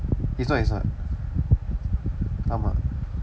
he's not he's not ஆமாம்:aamaam